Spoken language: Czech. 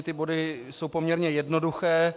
Ty body jsou poměrně jednoduché.